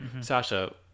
Sasha